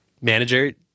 manager